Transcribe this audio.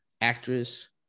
Actress